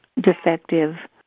defective